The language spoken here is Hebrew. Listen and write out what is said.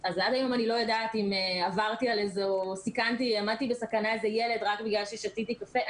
אז עד היום אני לא יודעת אם העמדתי בסכנה איזה ילד רק בגלל ששתיתי קפה.